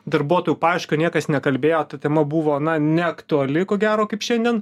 darbuotojų paiešką niekas nekalbėjo ta tema buvo na neaktuali ko gero kaip šiandien